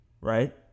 right